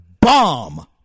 bomb